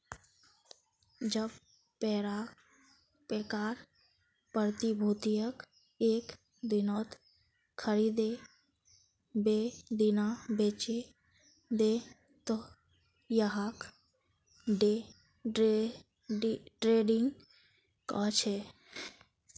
जब पैकार प्रतिभूतियक एक दिनत खरीदे वेय दिना बेचे दे त यहाक डे ट्रेडिंग कह छे